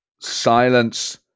Silence